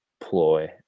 ploy